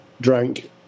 drank